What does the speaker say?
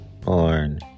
porn